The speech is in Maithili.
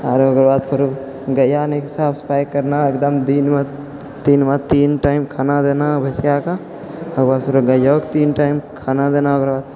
आओर ओकरऽ बाद फेरो गैआ नीक कऽ साफ सफाइ करना एकदम दिनमे तीन बार तीन टाइम खाना देना भैँसिआके ओकरऽ बाद फेर गैओके तीन टाइम खाना देना ओकरऽ